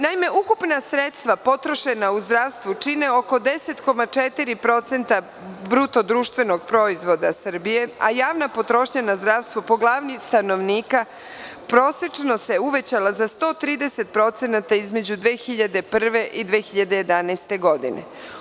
Naime, ukupna sredstva potrošena u zdravstvu čine oko 10,4% BDP Srbije, a javna potrošnja na zdravstvo po glavi stanovnika prosečno se uvećala za 130% između 2001. i 2011. godine.